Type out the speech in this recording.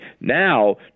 now